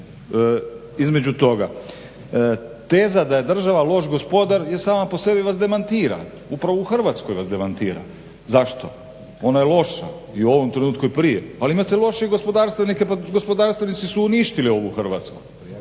između toga. Teza da je država loš gospodar sama po sebi vas demantira. Upravo u Hrvatskoj vas demantira. Zašto? Ona je loša i u ovom trenutku i prije, ali imate lošije gospodarstvenike pa gospodarstvenici su uništili ovu Hrvatsku.